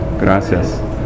Gracias